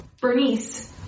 Bernice